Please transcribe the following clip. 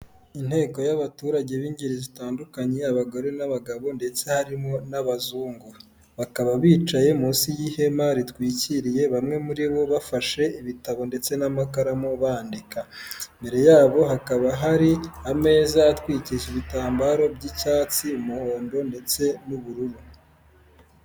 Inteko y'abaturage b'ingeri zitandukanye, abagore n'abagabo ndetse harimo n'abazungu. Bakaba bicaye munsi y'ihema ritwikiriye, bamwe muri bo bafashe ibitabo ndetse n'amakaramu bandika. Imbere yabo hakaba hari ameza atwikije ibitambaro by'icyatsi, umuhondo ndetse n'ubururu.